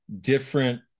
different